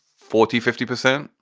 forty, fifty percent.